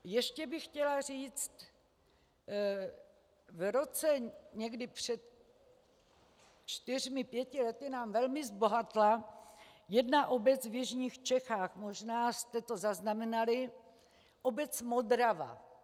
Ještě bych chtěla říct, někdy před čtyřmi pěti lety nám velmi zbohatla jedna obec v jižních Čechách, možná jste to zaznamenali, obec Modrava.